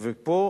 ופה